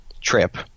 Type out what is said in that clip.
trip